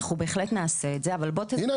אנחנו בהחלט נעשה את זה --- הנה,